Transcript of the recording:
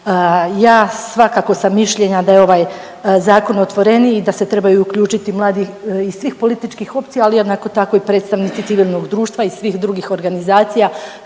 Ja svakako sam mišljenja da je ovaj Zakon otvoreniji i da se trebaju uključiti mladi iz svih političkih opcija, ali jednako tako i predstavnici civilnog društva i svih drugih organizacija